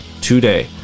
today